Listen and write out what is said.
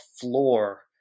floor